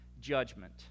judgment